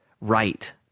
right